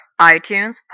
iTunes